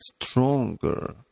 stronger